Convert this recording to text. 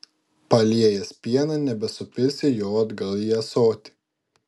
paliejęs pieną nebesupilsi jo atgal į ąsotį